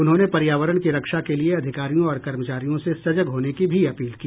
उन्होंने पर्यावरण की रक्षा के लिए अधिकारियों और कर्मचारियों से सजग होने की भी अपील की